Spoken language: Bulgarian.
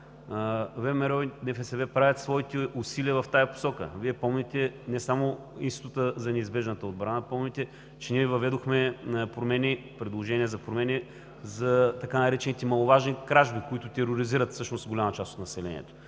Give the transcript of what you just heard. ВМРО и НФСБ правят своите усилия в тази посока. Вие помните не само институтът на неизбежната отбрана, помните, че ние въведохме предложения за промени за така наречените маловажни кражби, които тероризират голяма част от населението.